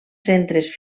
centres